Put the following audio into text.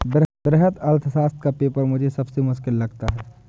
वृहत अर्थशास्त्र का पेपर मुझे सबसे मुश्किल लगता है